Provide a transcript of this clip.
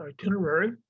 itinerary